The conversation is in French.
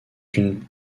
une